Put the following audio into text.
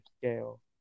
scale